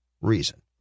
reason